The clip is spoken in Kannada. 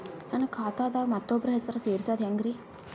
ನನ್ನ ಖಾತಾ ದಾಗ ಮತ್ತೋಬ್ರ ಹೆಸರು ಸೆರಸದು ಹೆಂಗ್ರಿ?